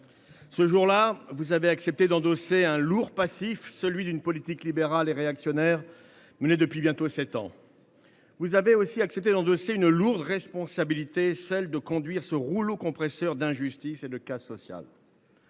Ce jour là, vous avez accepté d’endosser un lourd passif, celui d’une politique libérale et réactionnaire menée depuis bientôt sept ans. Vous avez aussi accepté d’endosser une lourde responsabilité, celle de conduire ce rouleau compresseur d’injustice et de casse sociale.